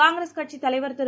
காங்கிரஸ் கட்சித்தலைவர் திரு